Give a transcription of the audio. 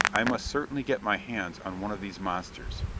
i must certainly get my hands on one of these monsters.